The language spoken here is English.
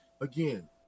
again